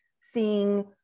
seeing